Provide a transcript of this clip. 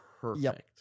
perfect